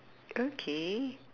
okay